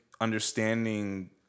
understanding